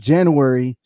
January